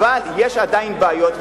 אבל יש עדיין בעיות,